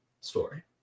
story